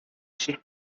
she